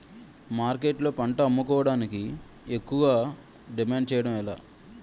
మార్కెట్లో పంట అమ్ముకోడానికి ఎక్కువ డిమాండ్ చేయడం ఎలా?